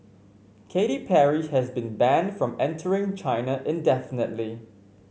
Katy Perry has been banned from entering China indefinitely